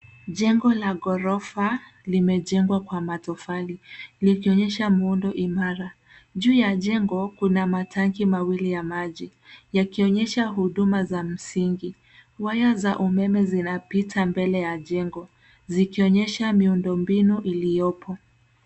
Jengo la gorofa limejengwa kwa matofali, likionyesha muundo imara. Juu ya jengo kuna matanki mawili ya maji, yakionyesha huduma za msingi. Waya za umeme zinapita mbele ya jengo, zikionyesha miundo mbinu iliyopo.